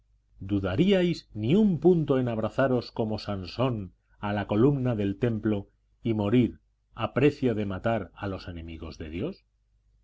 vida dudaríais ni un punto en abrazaros como sansón a la columna del templo y morir a precio de matar a los enemigos de dios